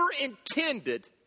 intended